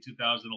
2011